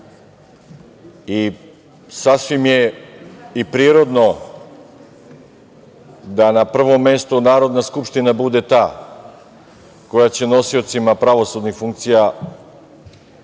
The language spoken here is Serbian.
i sasvim je i prirodno da na prvom mestu Narodna skupština bude ta koja će nosiocima pravosudnih funkcija,